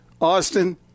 Austin